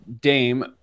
Dame